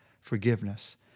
forgiveness